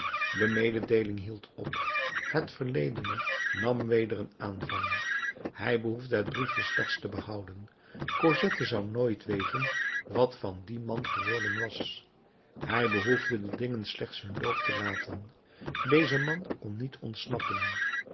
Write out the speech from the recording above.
de mededinging hield op het verledene nam weder een aanvang hij behoefde het briefje slechts te behouden cosette zou nooit weten wat van dien man geworden was hij behoefde de dingen slechts hun loop te laten deze man kon niet ontsnappen